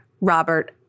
Robert